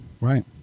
right